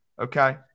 okay